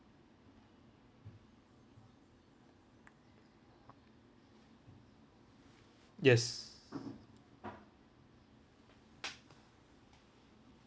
yes